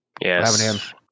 Yes